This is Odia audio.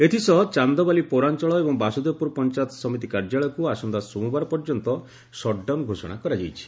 ଏଥିସହ ଚାନ୍ଦବାଲି ପୌରାଞ୍ଚଳ ଏବଂ ବାସ୍ବଦେବପୁର ପଞ୍ଚାୟତ ସମିତି କାର୍ଯ୍ୟାଳୟକୁ ଆସନ୍ତା ସୋମବାର ପର୍ଯ୍ୟନ୍ତ ସଟଡାଉନ୍ ଘୋଷଣା କରାଯାଇଛି